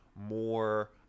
more